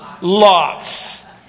Lots